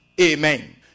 Amen